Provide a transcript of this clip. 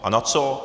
A na co?